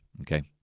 Okay